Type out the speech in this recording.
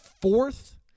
fourth